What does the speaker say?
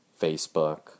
Facebook